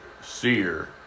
seer